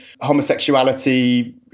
homosexuality